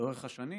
לאורך השנים